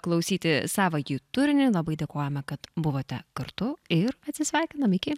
klausyti savąjį turinį labai dėkojame kad buvote kartu ir atsisveikinam iki